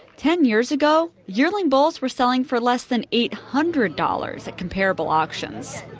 ten years ago, yearling bulls were selling for less than eight hundred dollars at comparable auctions